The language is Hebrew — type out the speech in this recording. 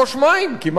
כי מים זה עכשיו סחורה,